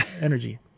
Energy